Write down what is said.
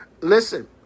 Listen